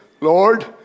Lord